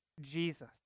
Jesus